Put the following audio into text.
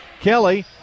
Kelly